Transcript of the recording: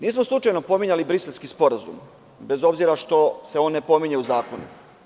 Nismo slučajno pominjali Briselski sporazum, bez obzira što se on ne pominje u zakonu.